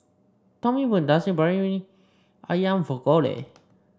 Tommy bought Nasi Briyani ayam for Collie